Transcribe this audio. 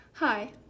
Hi